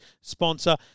sponsor